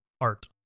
Art